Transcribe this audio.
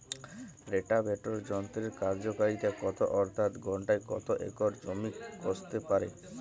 Rotavator যন্ত্রের কার্যকারিতা কত অর্থাৎ ঘণ্টায় কত একর জমি কষতে পারে?